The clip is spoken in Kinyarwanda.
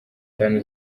tanu